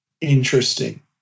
interesting